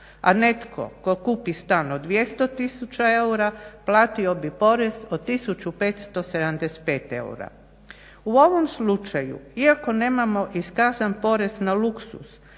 a netko tko kupi stan od 200 tisuća eura, platio bi porez od tisuću 575 eura. U ovom slučaju iako nemamo …/Ne razumije se./… porez na luksuz,